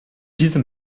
diese